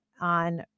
on